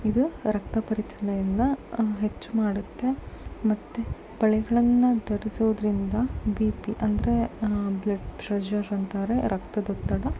ಇದು ರಕ್ತ ಪರಿಚಲನೆಯನ್ನು ಹೆಚ್ಚು ಮಾಡುತ್ತೆ ಮತ್ತೆ ಬಳೆಗಳನ್ನು ಧರಿಸೋದರಿಂದ ಬಿ ಪಿ ಅಂದರೆ ಬ್ಲಡ್ ಪ್ಲೆಶರ್ ಅಂತಾರೆ ರಕ್ತದೊತ್ತಡ